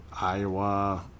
Iowa